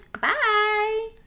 Bye